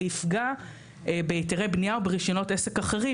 זה יפגע בהיתרי בנייה וברישיונות עסק אחרים.